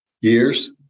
Years